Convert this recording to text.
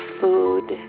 food